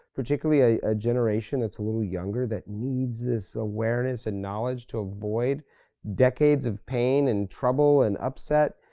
particularly a generation that's a little younger, that needs this awareness and knowledge to avoid decades of pain, and trouble, and upset,